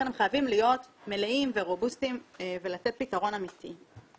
הם חייבים להיות מלאים ורובוסטיים ולתת פתרון אמיתי.